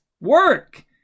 Work